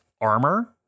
armor